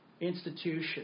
institution